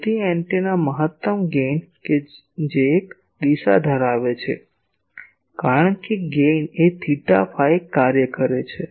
તેથી એન્ટેના મહત્તમ ગેઇન કે જે એક દિશા ધરાવે છે કારણ કે ગેઇન એ થેટા ફાઈ કાર્ય છે